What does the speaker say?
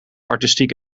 artistiek